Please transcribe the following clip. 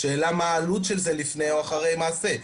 השאלה מה העלות של זה לפני או אחרי מעשה.